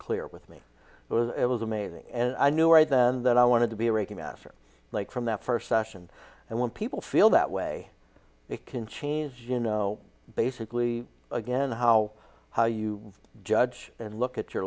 clear with me but it was amazing and i knew right then that i wanted to be a reiki master like from that first session and when people feel that way it can change you know basically again how how you judge and look at your